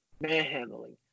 manhandling